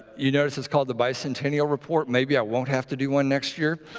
you notice it's called the bicentennial report. maybe i won't have to do one next year